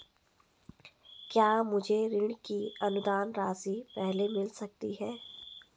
क्या मुझे ऋण की अनुदान राशि पहले मिल सकती है?